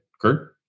Kurt